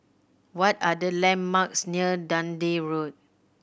what are the landmarks near Dundee Road